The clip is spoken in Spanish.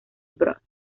bros